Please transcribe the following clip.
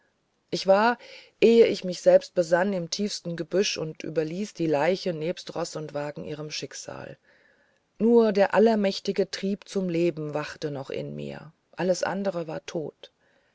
ich war ehe ich mich selbst besann im tiefsten gebüsch und überließ die leiche nebst roß und wagen ihrem schicksal nur der allmächtige trieb zum leben wachte noch in mir alles andere war tot